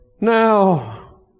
Now